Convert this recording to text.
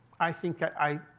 i think i